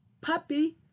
puppy